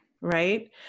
Right